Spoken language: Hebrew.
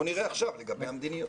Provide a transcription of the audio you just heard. בוא נראה עכשיו לגבי המדיניות.